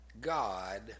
God